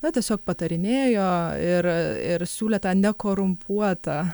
na tiesiog patarinėjo ir ir siūlė tą nekorumpuotą